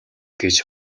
гэж